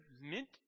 mint